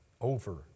over